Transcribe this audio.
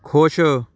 ਖੁਸ਼